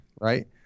Right